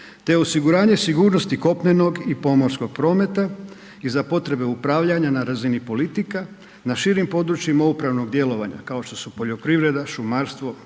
te osiguranje sigurnosti kopnenog i pomorskog prometa i za potrebe upravljanja na razini politika na širim područjima upravnog djelovanja, kao što su poljoprivreda, šumarstvo,